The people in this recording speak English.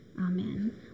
Amen